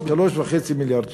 3.5 מיליארד שקל.